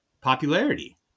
popularity